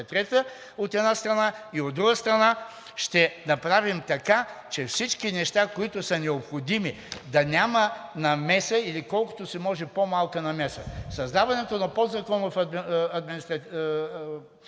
т. 3, от една страна, и от друга страна, ще направим така, че всички неща, които са необходими да няма намеса или колкото се може по-малка намеса. Създаването на подзаконов нормативен